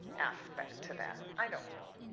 aspect to that. i don't know.